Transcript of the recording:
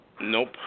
Nope